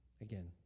again